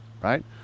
right